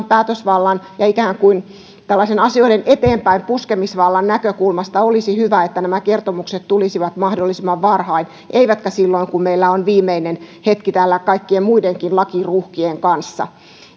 päätösvallan ja ikään kuin tällaisen asioiden eteenpäinpuskemisvallan näkökulmasta olisi hyvä että nämä kertomukset tulisivat mahdollisimman varhain eivätkä silloin kun meillä on viimeinen hetki täällä kaikkien muidenkin lakiruuhkien kanssa